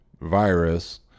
virus